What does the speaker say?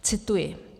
Cituji: